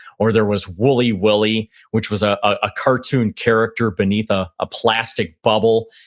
or there was wooly willy, which was ah a cartoon character beneath ah a plastic bubble.